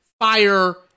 fire